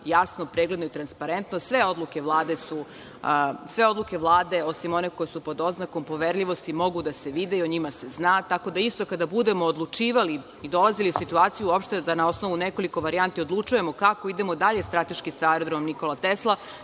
jasno, pregledno i transparentno. Sve odluke Vlade, osim one koje su pod oznakom poverljivosti, mogu da se vide i o njima se zna. Kada budemo odlučivali i dolazili u situaciju uopšte da na osnovu nekoliko varijanti odlučujemo kako idemo dalje strateški sa aerodromom „Nikola Tesla“,